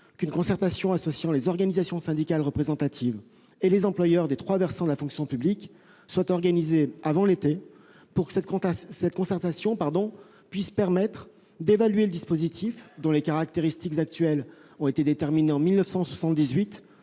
qu'une concertation associant les organisations syndicales représentatives et les employeurs des trois versants de la fonction publique soit organisée avant l'été. Celle-ci devra permettre d'évaluer le dispositif, dont les caractéristiques actuelles ont été déterminées en 1978